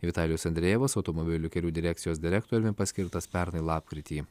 vitalijus andrejevas automobilių kelių direkcijos direktoriumi paskirtas pernai lapkritį